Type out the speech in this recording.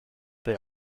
they